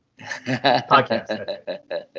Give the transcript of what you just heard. Podcast